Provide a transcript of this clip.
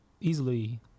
easily